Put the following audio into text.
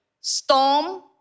Storm